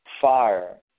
fire